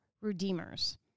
redeemers